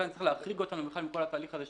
ולכן צריך להחריג אותם מכל התהליך של